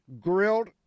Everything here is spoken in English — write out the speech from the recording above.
grilled